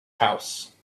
house